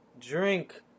drink